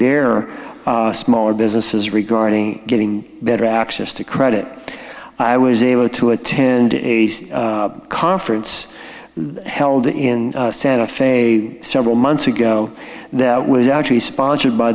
their small businesses regarding getting better access to credit i was able to attend a conference held in santa fe several months ago that was actually sponsored by